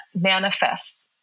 manifests